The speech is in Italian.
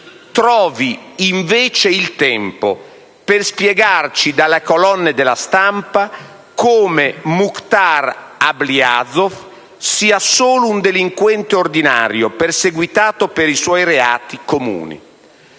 trovi invece per spiegarci dalle colonne della stampa come Mukhtar Ablyazov sia solo un delinquente ordinario perseguitato per i suoi reati comuni.